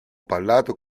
parlato